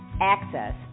access